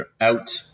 out